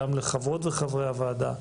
גם לחברות וחברי הוועדה,